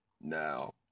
Now